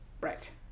Right